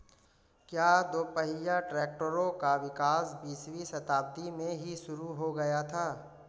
क्या दोपहिया ट्रैक्टरों का विकास बीसवीं शताब्दी में ही शुरु हो गया था?